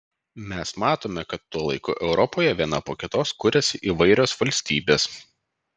mes matome kad tuo laiku europoje viena po kitos kuriasi įvairios valstybės